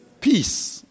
Peace